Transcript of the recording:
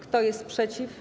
Kto jest przeciw?